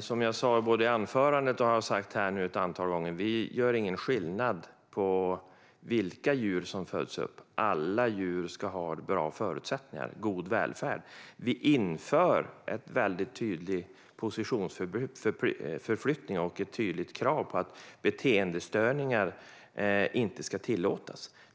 Som jag sa i mitt anförande och har sagt ett antal gånger i denna debatt: Vi gör ingen skillnad på vilka djur som föds upp. Alla djur ska ha bra förutsättningar och god djurvälfärd. Vi gör en tydlig positionsförflyttning och slår fast att beteendestörningar inte tillåts.